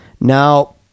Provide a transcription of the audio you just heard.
Now